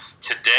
today